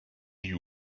you